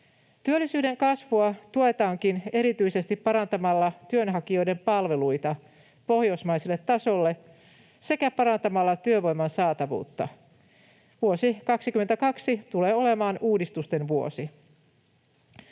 Työllisyyden kasvua tuetaankin erityisesti parantamalla työnhakijoiden palveluita pohjoismaiselle tasolle sekä parantamalla työvoiman saatavuutta. Vuosi 22 tulee olemaan uudistusten vuosi.